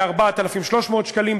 ל-4,300 שקלים,